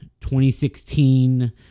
2016